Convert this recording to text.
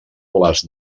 les